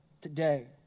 today